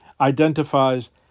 identifies